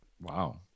Wow